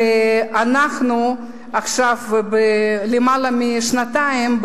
ואנחנו עכשיו בלמעלה משנתיים,